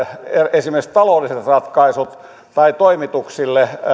esimerkiksi taloudelliset ratkaisut tai toimituksille